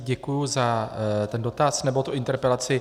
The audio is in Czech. Děkuji za ten dotaz, nebo interpelaci.